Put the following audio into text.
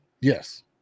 Yes